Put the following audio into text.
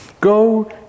Go